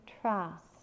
trust